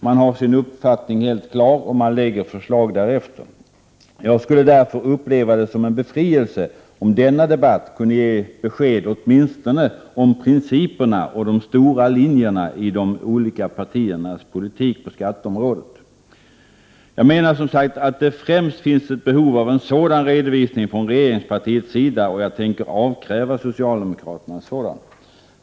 Man har sin uppfattning helt klar, och man lägger förslag därefter. Jag skulle därför uppleva det som en befrielse om denna debatt kunde ge besked åtminstone om principerna och de stora linjerna i de olika partiernas politik på skatteområdet. Jag menar att det främst finns behov av en sådan redovisning från regeringspartiets sida, och jag tänker avkräva socialdemokraterna ett sådant besked.